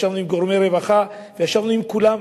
ישבנו עם גורמי רווחה וישבנו עם כולם,